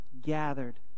gathered